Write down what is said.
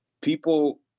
people